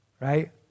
right